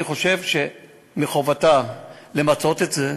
אני חושב שמחובתה למצות את זה,